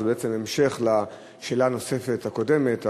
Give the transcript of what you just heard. זה בעצם המשך השאלה הנוספת הקודמת,